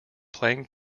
playing